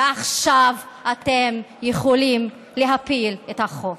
ועכשיו אתם יכולים להפיל את החוק.